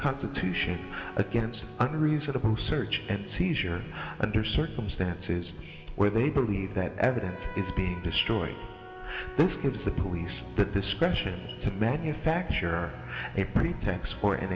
constitution against unreasonable search and seizure under circumstances where they believe that evidence is being destroyed this gives the police the discretion to manufacture a pretext for an